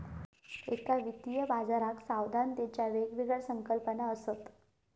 एका वित्तीय बाजाराक सावधानतेच्या वेगवेगळ्या संकल्पना असत